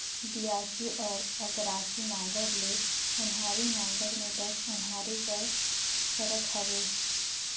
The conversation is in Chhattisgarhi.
बियासी अउ अकरासी नांगर ले ओन्हारी नागर मे बस ओन्हारी कर फरक हवे